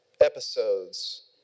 episodes